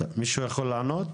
מישהו יכול לענות?